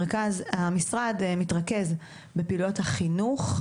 המשרד מתרכז בפעילויות החינוך,